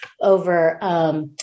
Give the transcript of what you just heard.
over